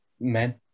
men